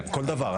כל דבר.